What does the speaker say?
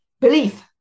belief